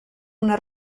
una